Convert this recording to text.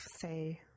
Say